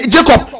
Jacob